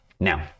Now